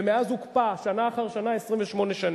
ומאז הוקפא שנה אחר שנה, 28 שנים.